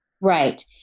Right